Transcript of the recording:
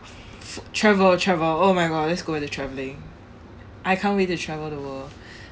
travel travel oh my god let's go with the travelling I can't wait to travel the world